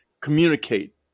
communicate